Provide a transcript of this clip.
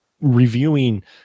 reviewing